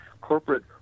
corporate